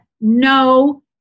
no